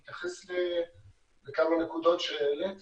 להתייחס לכמה נקודות שהעלית